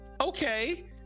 okay